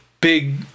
big